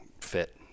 fit